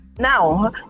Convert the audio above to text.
Now